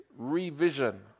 Revision